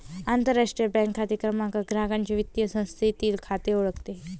आंतरराष्ट्रीय बँक खाते क्रमांक ग्राहकाचे वित्तीय संस्थेतील खाते ओळखतो